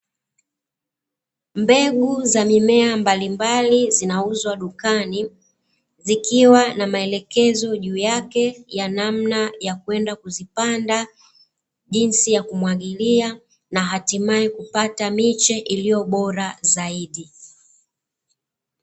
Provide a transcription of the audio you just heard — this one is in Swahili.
Mbegu za mimea mbalimbali, zinauzwa dukani, zikiwa na maelekezo juu yake ya namna ya kwenda kuzipanda, jinsi ya kumwagilia na hatimae kupata miche iliyo bora zaidi.